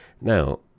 Now